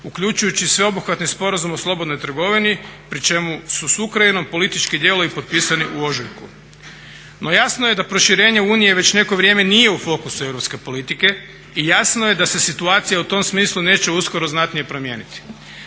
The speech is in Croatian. uključujući sveobuhvatni sporazum o slobodnoj trgovini, pri čemu su s Ukrajinom politički dijelovi potpisani u ožujku. No jasno je da proširenje Unije već neko vrijeme nije u fokusu europske politike i jasno je da se situacija u tom smislu neće uskoro znatnije promijeniti.